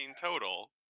total